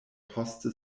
poste